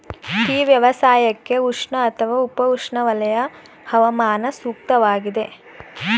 tea ವ್ಯವಸಾಯಕ್ಕೆ ಉಷ್ಣ ಅಥವಾ ಉಪ ಉಷ್ಣವಲಯ ಹವಾಮಾನ ಸೂಕ್ತವಾಗಿದೆ